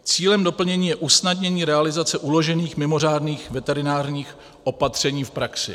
Cílem doplnění je usnadnění realizace uložených mimořádných veterinárních opatření v praxi.